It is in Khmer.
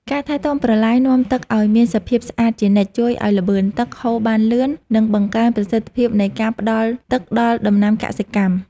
ការថែទាំប្រឡាយនាំទឹកឱ្យមានសភាពស្អាតជានិច្ចជួយឱ្យល្បឿនទឹកហូរបានលឿន និងបង្កើនប្រសិទ្ធភាពនៃការផ្តល់ទឹកដល់ដំណាំកសិកម្ម។